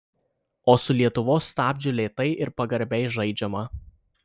o su lietuvos stabdžiu lėtai ir pagarbiai žaidžiama